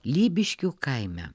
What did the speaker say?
lybiškių kaime